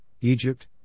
Egypt